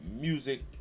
Music